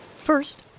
First